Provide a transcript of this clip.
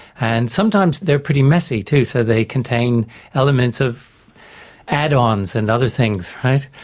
and sometimes they're pretty messy too, so they contain elements of add-ons and other things, right,